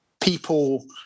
people